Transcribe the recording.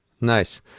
Nice